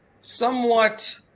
somewhat